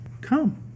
come